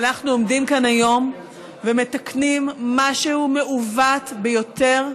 ואנחנו עומדים כאן היום ומתקנים משהו מעוות ביותר,